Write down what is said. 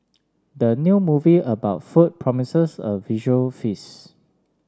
the new movie about food promises a visual feast